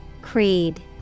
Creed